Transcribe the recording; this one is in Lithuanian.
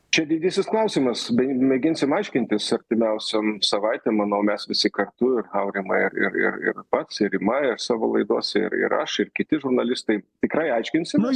čia didysis klausimas be mėginsim aiškintis artimiausiom savaitėm manau mes visi kartu ir aurimai ir ir ir ir pats ir rima ir savo laidose ir ir aš ir kiti žurnalistai tikrai aiškinsimės